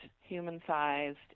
human-sized